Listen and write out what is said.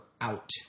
out